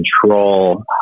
control